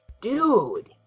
Dude